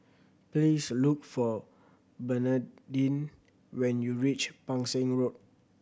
please look for Bernadine when you reach Pang Seng Road